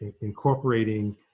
incorporating